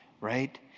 Right